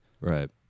right